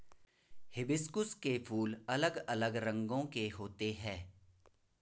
hibiscus के फूल अलग अलग रंगो के होते है